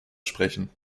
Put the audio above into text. sprechen